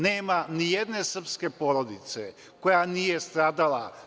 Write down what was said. Nema nijedne srpske porodice koja nije stradala.